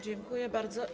Dziękuję bardzo.